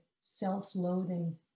self-loathing